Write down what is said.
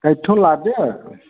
दाइथ' लादो